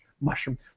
mushroom